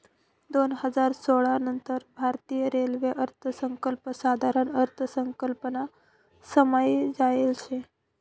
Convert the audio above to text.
दोन हजार सोळा नंतर भारतीय रेल्वे अर्थसंकल्प साधारण अर्थसंकल्पमा समायी जायेल शे